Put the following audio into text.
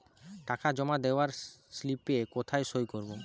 টাকা জমা দেওয়ার স্লিপে কোথায় সই করব?